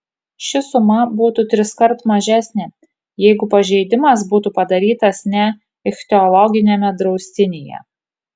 ši suma būtų triskart mažesnė jeigu pažeidimas būtų padarytas ne ichtiologiniame draustinyje